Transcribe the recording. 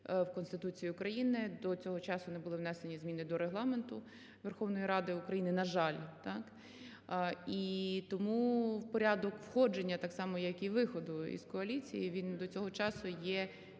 в Конституції України, до цього часу не були внесені зміни до Регламенту Верховної Ради України, на жаль. І тому порядок входження так само, як і виходу із коаліції, він до цього часу є